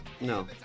No